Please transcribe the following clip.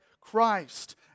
Christ